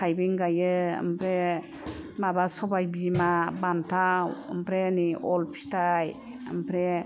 थाइबें गाइयो ओमफ्राय माबा सबाइ बिमा बानथाव आमफ्रायानि अल फिथाइ ओमफ्राय